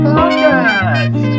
Podcast